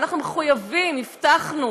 ואנחנו מחויבים הבטחנו,